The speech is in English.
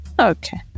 Okay